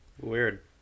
Weird